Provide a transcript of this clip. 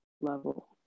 level